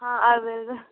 हाँ अवेलेबल